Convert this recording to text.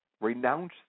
renounce